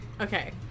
okay